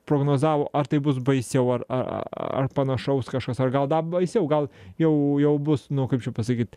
prognozavo ar tai bus baisiau ar panašaus kažkas o gal dar baisiau gal jau jau bus nu kaip čia pasakyti